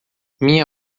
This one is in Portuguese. minha